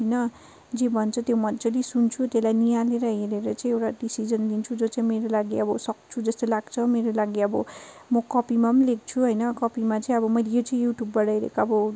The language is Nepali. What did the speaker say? होइन जे भन्छ त्यो मजाले सुन्छु त्यसलाई नियालेर हेरेर चाहिँ एउटा डिसिसन लिन्छु जो चाहिँ मेरो लागि अब सक्छु जस्तो लाग्छ मेरो लागि अब म कपीमा पनि लेख्छु होइन कपीमा चाहिँ आबो मैले यो चाहिँ युट्युबबाट हेरेको अब